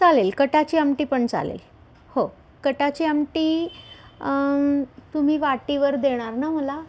चालेल कटाची आमटी पण चालेल हो कटाची आमटी तुम्ही वाटीवर देणार ना मला